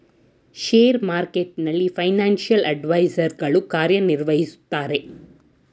share ಮಾರ್ಕೆಟ್ನಲ್ಲಿ financial adviser ಗಳು ಕಾರ್ಯ ನಿರ್ವಹಿಸುತ್ತಾರೆ